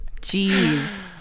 Jeez